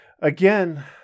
again